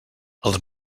els